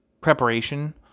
preparation